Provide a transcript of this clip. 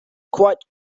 quite